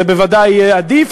זה בוודאי יהיה עדיף,